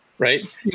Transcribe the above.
Right